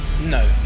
No